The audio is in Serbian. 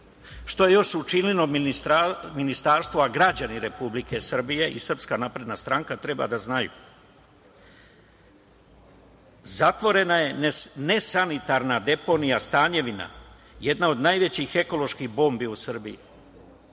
Šta je još učinio Ministarstvo, a građani Republike Srbije i SNS treba da znaju. Zatvorena je ne sanitarna deponija Stanjevina, jedna od najvećih ekoloških bombi u Srbiji.